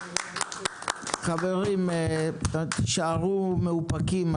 חברים, תישארו מאופקים.